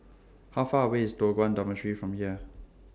How Far away IS Toh Guan Dormitory from here